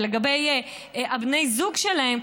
ולגבי בני הזוג שלהן,